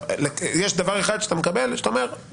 יש דבר אחד שאתה מקבל שאתה אומר,